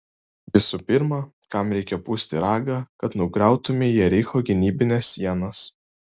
visų pirma kam reikia pūsti ragą kad nugriautumei jericho gynybines sienas